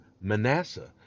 Manasseh